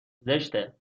زشته